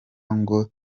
ngo